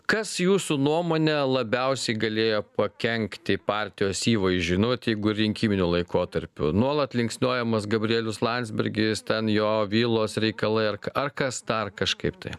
kas jūsų nuomone labiausiai galėjo pakenkti partijos įvaizdžiui nu vat jeigu rinkiminiu laikotarpiu nuolat linksniuojamas gabrielius landsbergis ten jo vilos reikalai ar ar kas dar kažkaip tai